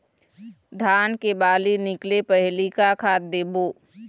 धान के बाली निकले पहली का खाद देबो?